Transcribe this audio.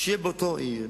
שזה יהיה באותה עיר.